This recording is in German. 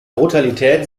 brutalität